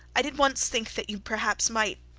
i did once think that you perhaps might